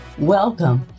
welcome